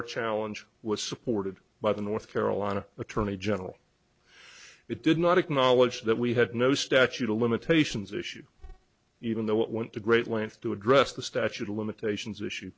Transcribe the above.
our challenge was supported by the north carolina attorney general it did not acknowledge that we had no statute of limitations issue even though it went to great lengths to address the statute of limitations issue